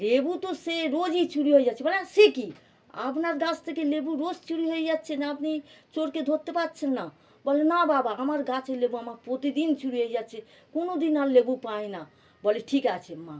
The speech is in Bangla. লেবু তো সে রোজই চুরি হয়ে যাচ্ছে বলে হ্যাঁ সে কী আপনার গাছ থেকে লেবু রোজ চুরি হয়ে যাচ্ছে আপনি চোরকে ধরতে পারছেন না বলে না বাবা আমার গাছের লেবু আমার প্রতিদিন চুরি হয়ে যাচ্ছে কোনো দিন আর লেবু পাই না বলে ঠিক আছে মা